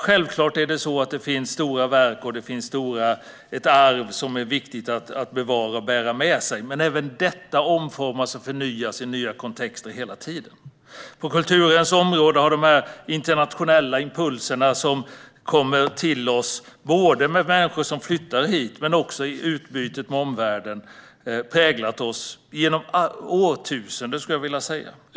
Självklart är det så att det finns stora verk och ett arv som är viktigt att bevara och att bära med sig. Men även detta omformas och förnyas i nya kontexter hela tiden. På kulturens område har de internationella impulser som kommer till oss - både med människor som flyttar hit och i utbytet med omvärlden - präglat oss genom årtusenden.